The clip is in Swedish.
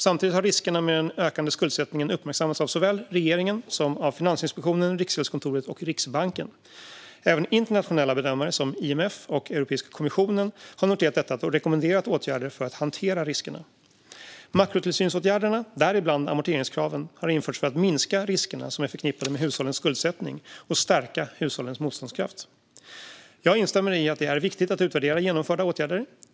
Samtidigt har riskerna med den ökade skuldsättningen uppmärksammats av såväl regeringen som Finansinspektionen, Riksgäldskontoret och Riksbanken. Även internationella bedömare som IMF och Europiska kommissionen har noterat detta och rekommenderat åtgärder för att hantera riskerna. Makrotillsynsåtgärderna, däribland amorteringskraven, har införts för att minska riskerna som är förknippade med hushållens skuldsättning och stärka hushållens motståndskraft. Jag instämmer i att det är viktigt att utvärdera genomförda åtgärder.